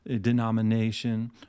denomination